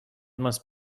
must